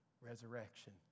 resurrection